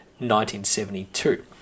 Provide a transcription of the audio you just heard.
1972